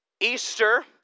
Easter